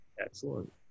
Excellent